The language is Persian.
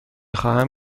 خواهم